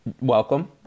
Welcome